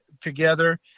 together